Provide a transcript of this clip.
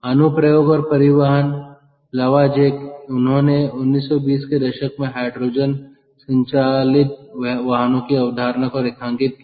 अनुप्रयोग और परिवहन लवाजेक उन्होंने 1920 के दशक में हाइड्रोजन संचालित वाहनों की अवधारणा को रेखांकित किया